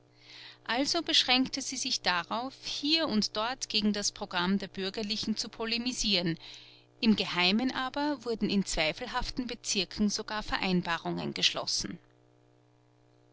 also beschränkte sie sich darauf hier und dort gegen das programm der bürgerlichen zu polemisieren im geheimen aber wurden in zweifelhaften bezirken sogar vereinbarungen geschlossen